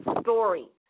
Story